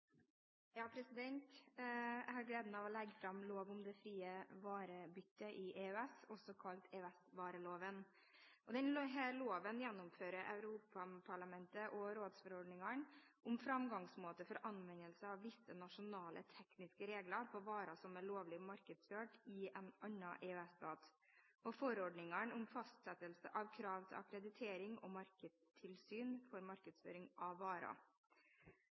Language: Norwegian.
Jeg har gleden av å legge fram lov om det frie varebytte i EØS, også kalt EØS-vareloven. Denne loven gjennomfører europaparlaments- og rådsforordningen om framgangsmåter for anvendelsen av visse nasjonale tekniske regler på varer som er lovlig markedsført i en annen EØS-stat, og forordningen om fastsettelse av krav til akkreditering og markedstilsyn for markedsføring av varer.